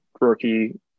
rookie